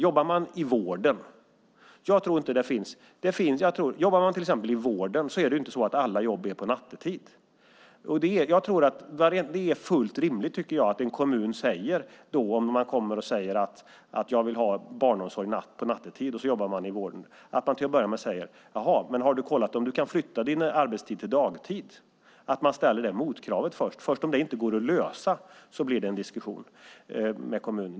Om man jobbar natt i vården och går till kommunen och kräver barnomsorg nattetid är det rimligt att kommunen säger: Har du kollat om du kan jobba dagtid i stället? Det är först om det inte går att lösa som det blir en diskussion med kommunen.